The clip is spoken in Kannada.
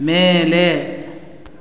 ಮೇಲೆ